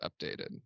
updated